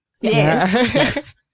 Yes